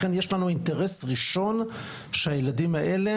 לכן יש לנו אינטרס ראשון שהילדים האלה